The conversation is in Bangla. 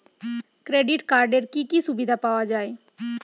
ক্রেডিট কার্ডের কি কি সুবিধা পাওয়া যায়?